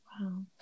Wow